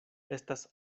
estas